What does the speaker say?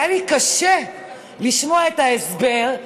היה לי קשה לשמוע את ההסבר,